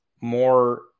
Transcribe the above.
more